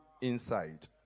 inside